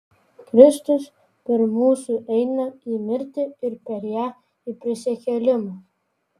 kristus pirm mūsų eina į mirtį ir per ją į prisikėlimą